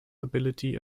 ability